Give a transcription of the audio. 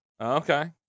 Okay